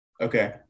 Okay